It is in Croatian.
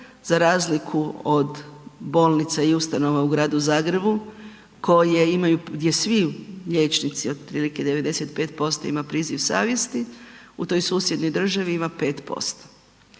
za razliku od bolnica i ustanova i Gradu Zagrebu koje imaju, gdje svi liječnici otprilike 95% ima priziv savjesti, u toj susjednoj državi ima 5%.